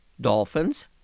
dolphins